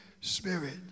Spirit